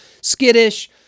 skittish